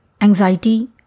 anxiety